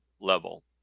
level